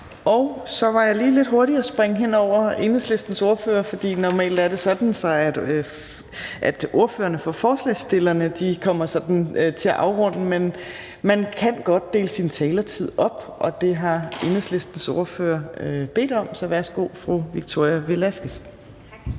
Så var jeg lige lidt hurtig og sprang Enhedslistens ordfører over, for normalt er det sådan, at ordførerne for forslagsstillerne kommer til at afrunde, men man kan godt dele sin taletid op, og det har Enhedslistens ordfører bedt om. Så værsgo, fru Victoria Velasquez. Kl.